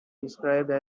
described